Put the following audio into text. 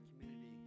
community